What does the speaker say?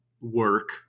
work